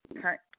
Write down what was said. Current